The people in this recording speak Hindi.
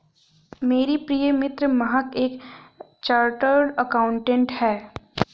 मेरी प्रिय मित्र महक एक चार्टर्ड अकाउंटेंट है